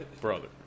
brother